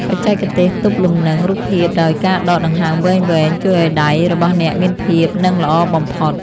បច្ចេកទេសទប់លំនឹងរូបភាពដោយការដកដង្ហើមវែងៗជួយឱ្យដៃរបស់អ្នកមានភាពនឹងល្អបំផុត។